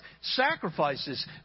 sacrifices